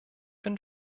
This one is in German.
bin